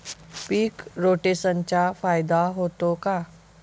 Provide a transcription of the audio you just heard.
पीक रोटेशनचा फायदा होतो का?